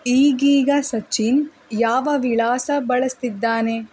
ಈಗೀಗ ಸಚ್ಚಿನ್ ಯಾವ ವಿಳಾಸ ಬಳಸ್ತಿದ್ದಾನೆ